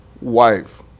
wife